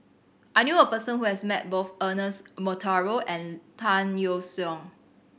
I knew a person who has met both Ernest Monteiro and Tan Yeok Seong